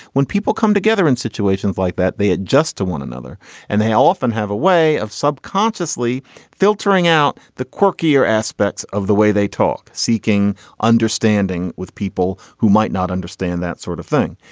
when people come together in situations like that they adjust to one another and they often have a way of subconsciously filtering out the quirkier aspects of the way they talk. seeking understanding with people who might not understand that sort of thing.